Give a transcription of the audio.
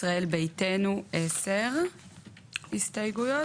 ישראל ביתנו 10 הסתייגויות,